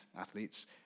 athletes